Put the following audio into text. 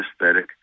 aesthetic